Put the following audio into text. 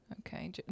Okay